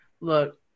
Look